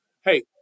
hey